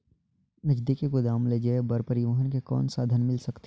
नजदीकी गोदाम ले जाय बर परिवहन के कौन साधन मिल सकथे?